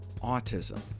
autism